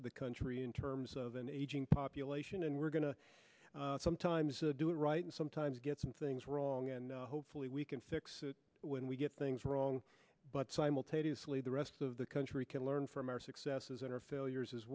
of the country in terms of an aging population and we're going to sometimes do it right and sometimes get some things wrong and hopefully we can fix it when we get things wrong but simultaneously the rest of the country can learn from our successes or failures as